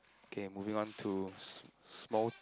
okay moving on to s~ small